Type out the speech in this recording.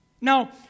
Now